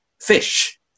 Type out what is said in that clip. fish